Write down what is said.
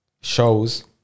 shows